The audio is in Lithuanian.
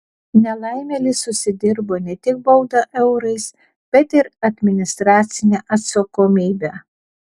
nelaimėlis užsidirbo ne tik baudą eurais bet ir administracinę atsakomybę